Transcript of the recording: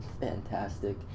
fantastic